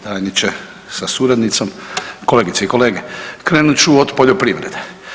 tajniče sa suradnicom, kolegice i kolege, krenut ću od poljoprivrede.